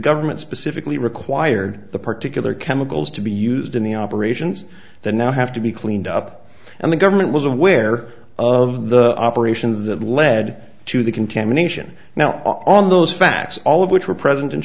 government specifically required the particular chemicals to be used in the operations that now have to be cleaned up and the government was aware of the operation that led to the contamination now on those facts all of which were present and